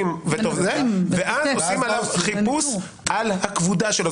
ואז עושים חיפוש על הכבודה שלו.